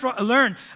learn